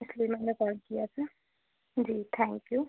इसी लिए मैंने कॉल किया था जी थैंक यू